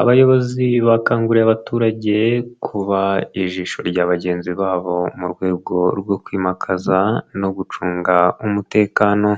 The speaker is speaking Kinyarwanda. Abayobozi bakanguriye abaturage kuba ijisho rya bagenzi babo mu rwego rwo kwimakaza no gucunga umutekano.